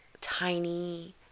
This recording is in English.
tiny